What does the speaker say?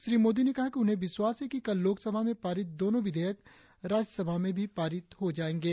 श्री मोदी ने कहा कि उन्हें विश्वास है कि कल लोकसभा में पारित दोनों विधेयक आज राज्यसभा में भी पारित हो जाएंगे